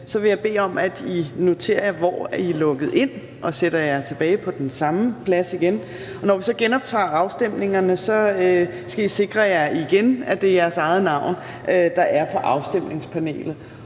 vil jeg bede om, at I noterer jer, hvor I er blevet logget ind, og sætter jer tilbage på den samme plads igen. Når vi så genoptager afstemningerne, skal I sikre jer igen, at det er jeres eget navn, der står på afstemningspanelet.